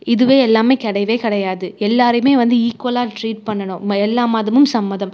இதுவே எல்லாமே கிடையவே கிடையாது எல்லோரையுமே வந்து ஈக்வலாக ட்ரீட் பண்ணணும் ம எல்லா மதமும் சம்மதம்